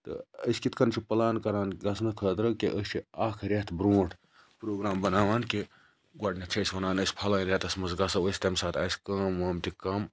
تہٕ أسۍ کِتھ کنۍ چھِ پلان کَران گَژھنہٕ خٲطرٕ کہِ أسۍ چھِ اکھ ریٚتھ برونٛٹھ پرگرام بَناوان کہِ گۄڈنیٚتھ چھِ أسۍ وَنان پھلٲنۍ ریٚتَس مَنٛز گَژھو أسۍ تمہِ ساتہٕ آسہِ کٲم وٲم تہِ کَم